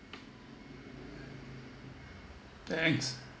thanks